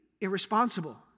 irresponsible